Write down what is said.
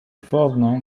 forno